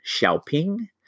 Xiaoping